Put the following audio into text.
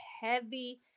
heavy